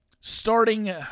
Starting